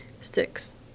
Six